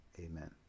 amen